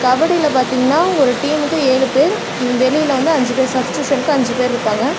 கபடியில் பாத்தீங்கனா ஒரு டீமுக்கு ஏழு பேர் வெளியில் வந்து அஞ்சு பேர் சப்ஸ்டியூஷனுக்கு அஞ்சு பேர் இருப்பாங்க